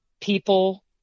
people